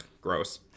gross